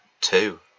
two